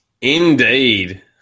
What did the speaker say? Indeed